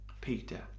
Peter